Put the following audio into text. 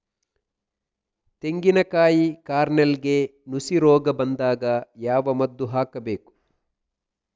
ತೆಂಗಿನ ಕಾಯಿ ಕಾರ್ನೆಲ್ಗೆ ನುಸಿ ರೋಗ ಬಂದಾಗ ಯಾವ ಮದ್ದು ಹಾಕಬೇಕು?